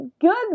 good